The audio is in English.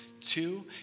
Two